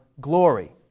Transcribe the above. glory